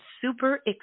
super